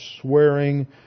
swearing